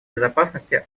безопасности